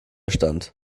stand